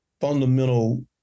fundamental